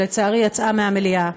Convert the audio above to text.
שלצערי יצאה מהמליאה,